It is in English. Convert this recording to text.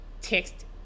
text